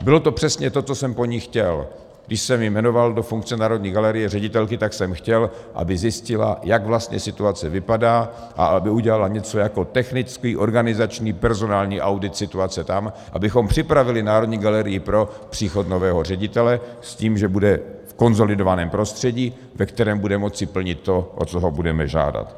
Bylo to přesně to, co jsem po ní chtěl, když jsem ji jmenoval do funkce ředitelky Národní galerie, tak jsem chtěl, aby zjistila, jak vlastně situace vypadá a aby udělala něco jako technický, organizační a personální audit situace, abychom připravili Národní galerii pro příchod nového ředitele s tím, že bude v konsolidovaném prostředí, ve kterém bude moci plnit to, o co ho budeme žádat.